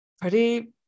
pretty-